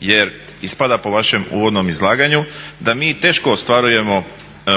jer ispada po vašem uvodnom izlaganju da mi teško ostvarujemo